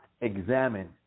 examine